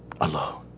alone